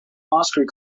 oscar